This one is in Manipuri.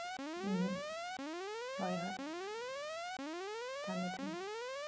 ꯎꯝ ꯍꯣꯏ ꯍꯣꯏ ꯊꯝꯃꯦ ꯊꯝꯃꯦ